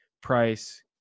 Price